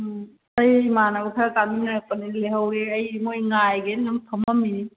ꯑꯩ ꯏꯃꯥꯟꯅꯕ ꯈꯔ ꯀꯥꯃꯤꯟꯅꯔꯛꯄꯅꯤ ꯂꯩꯍꯧꯔꯦ ꯑꯩ ꯃꯈꯣꯏ ꯉꯥꯏꯒꯦꯅ ꯁꯨꯝ ꯐꯝꯂꯝꯃꯤꯅꯤ